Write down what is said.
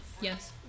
Yes